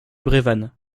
brévannes